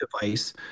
device